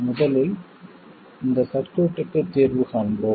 முதலில் இந்த சர்க்யூட்க்கு தீர்வு காண்போம்